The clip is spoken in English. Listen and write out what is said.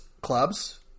clubs